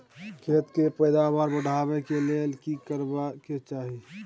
खेत के पैदावार बढाबै के लेल की करबा के चाही?